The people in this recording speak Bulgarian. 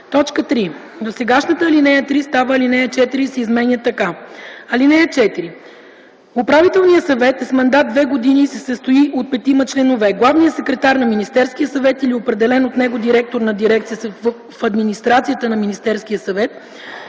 3. Досегашната ал. 3 става ал. 4 и се изменя така: “(4) Управителният съвет е с мандат две години и се състои от 5 членове – главния секретар на Министерския съвет или определен от него директор на дирекция в администрацията на Министерския съвет,